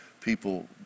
people